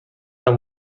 amb